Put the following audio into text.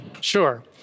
Sure